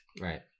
Right